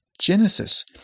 genesis